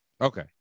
Okay